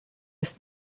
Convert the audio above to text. ist